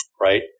right